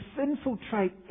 infiltrate